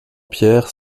pierres